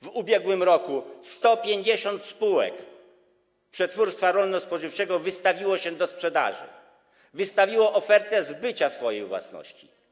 W ubiegłym roku 150 spółek przetwórstwa rolno-spożywczego wystawiło się na sprzedaż, wystawiło ofertę zbycia swojej własności.